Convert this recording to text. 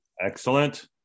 Excellent